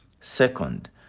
Second